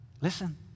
listen